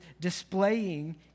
displaying